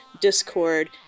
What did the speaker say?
Discord